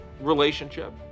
relationship